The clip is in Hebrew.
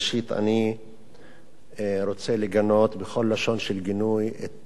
ראשית אני רוצה לגנות בכל לשון של גינוי את